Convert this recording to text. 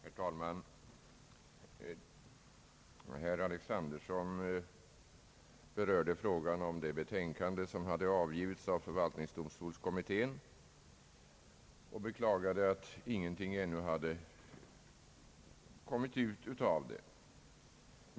Herr talman! Herr Alexanderson berörde frågan om det betänkande som har avgivits av förvaltningsdomstolskommittén och beklagade att ingenting ännu hade kommit ut av det.